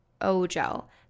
O-Gel